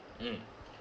mm